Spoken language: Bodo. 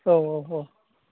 औ औ औ